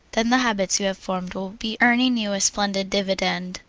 then the habits you have formed will be earning you a splendid dividend.